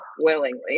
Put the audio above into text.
willingly